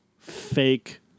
Fake